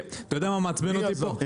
אתה יודע מה מעצבן אותי פה?